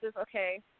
okay